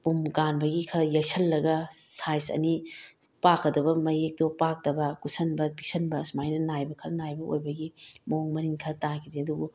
ꯄꯨꯝ ꯀꯥꯟꯕꯒꯤ ꯈꯔ ꯌꯩꯁꯤꯜꯂꯒ ꯁꯥꯏꯖ ꯑꯅꯤ ꯄꯥꯛꯀꯗꯕ ꯃꯌꯦꯛꯇꯣ ꯄꯥꯛꯇꯕ ꯀꯨꯠꯁꯤꯟꯕ ꯄꯤꯛꯁꯤꯟꯕ ꯁꯨꯃꯥꯏꯅ ꯅꯥꯏꯕ ꯈꯔ ꯅꯥꯏꯕ ꯑꯣꯏꯕꯒꯤ ꯃꯑꯣꯡ ꯃꯔꯤꯟ ꯈꯔ ꯇꯥꯈꯤꯗꯦ ꯑꯗꯨꯕꯨ